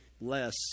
less